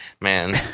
man